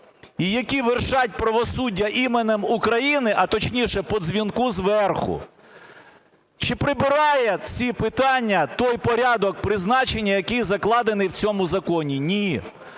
і які вершать правосуддя іменем України, а, точніше, по дзвінку зверху. Чи прибирає ці питання той порядок призначення, який закладений в цьому законі? Ні.